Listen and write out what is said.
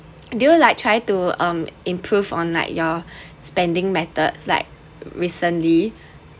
do you like try to um improve on like your spending methods like recently